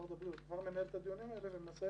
משרד הבריאות כבר מנהל את הדיונים האלה, ומנסה